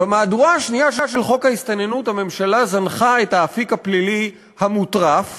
במהדורה השנייה של חוק ההסתננות הממשלה זנחה את האפיק הפלילי המוטרף